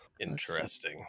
interesting